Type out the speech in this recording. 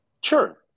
Sure